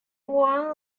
one